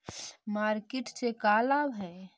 Market से का लाभ है?